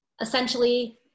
essentially